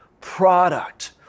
product